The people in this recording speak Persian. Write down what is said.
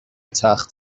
تخت